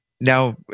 Now